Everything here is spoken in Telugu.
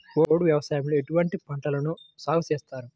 పోడు వ్యవసాయంలో ఎటువంటి పంటలను సాగుచేస్తారు?